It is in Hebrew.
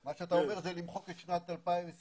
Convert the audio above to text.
מה שאתה אומר זה בעצם למחוק את שנת 2022